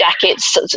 jackets